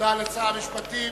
תודה לשר המשפטים.